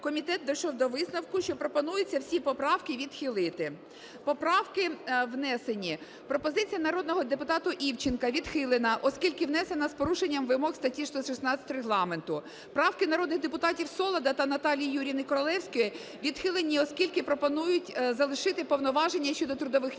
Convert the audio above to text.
комітет дійшов до висновку, що пропонується всі поправки відхилити. Поправки внесені. Пропозиція народного депутата Івченка відхилена, оскільки внесена з порушенням вимог статті 116 Регламенту. Правки народних депутатів Солода та Наталії Юріївни Королевської відхилені, оскільки пропонують залишити повноваження щодо трудових відносин